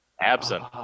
Absent